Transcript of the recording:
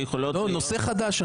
אנחנו מדברים על נושא חדש.